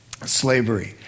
Slavery